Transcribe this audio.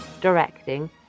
directing